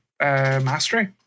Mastery